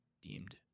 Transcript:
deemed